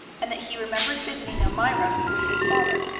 and that he remembered visiting elmira with his father.